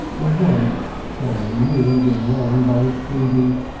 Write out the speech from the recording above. and once, suddenly moved and wrung by his pleading,